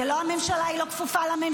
זו לא הממשל,; היא לא כפופה לממשלה,